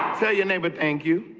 so you name it. thank you